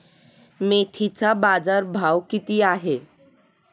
मेथीचा बाजारभाव किती आहे?